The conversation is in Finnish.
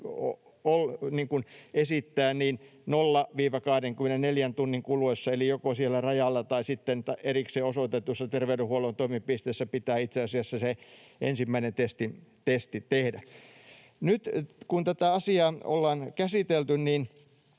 esittää, niin 0—24 tunnin kuluessa eli joko siellä rajalla tai sitten erikseen osoitetussa terveydenhuollon toimipisteessä pitää itse asiassa se ensimmäinen testi tehdä. Nyt kun tätä asiaa ollaan käsitelty, on